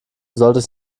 solltest